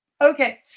Okay